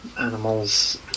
animals